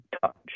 touch